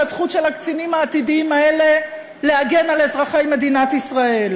על הזכות של הקצינים העתידים האלה להגן על אזרחי מדינת ישראל.